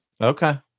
Okay